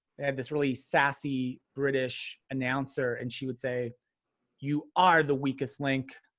they had this really sassy, british announcer and she would say you are the weakest link,